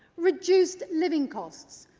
reduced living costs,